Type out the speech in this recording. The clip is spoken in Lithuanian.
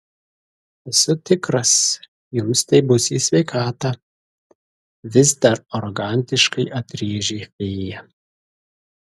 esu tikras jums tai bus į sveikatą vis dar arogantiškai atrėžė fėja